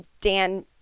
Dan